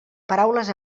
paraules